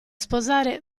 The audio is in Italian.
sposare